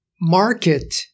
market